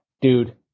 dude